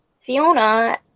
Fiona